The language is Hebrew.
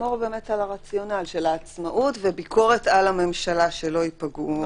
לשמור על הרציונל של העצמאות וביקורת על הממשלה שלא ייפגעו.